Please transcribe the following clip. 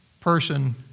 person